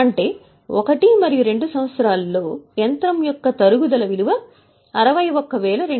అంటే 1 మరియు 2 సంవత్సరాల్లో తరుగుదల రూ